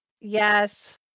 yes